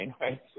right